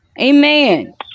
Amen